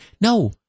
No